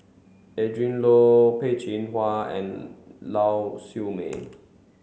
Adrin Loi Peh Chin Hua and Lau Siew Mei